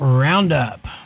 Roundup